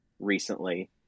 recently